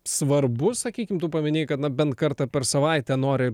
svarbu sakykim tu paminėjai kad na bent kartą per savaitę nori